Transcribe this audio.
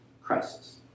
crisis